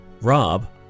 Rob